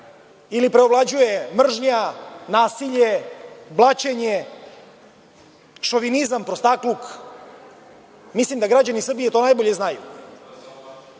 ili preovlađuje mržnja, nasilje, blaćenje, šovinizam, prostakluk? Mislim da građani Srbije to najbolje znaju.